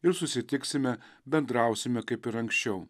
ir susitiksime bendrausime kaip ir anksčiau